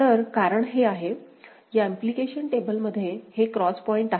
तर कारण हे आहे या इम्पलिकेशन टेबलमध्ये हे क्रॉस पॉईंट आहेत